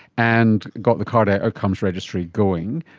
and got the cardiac outcomes registry going.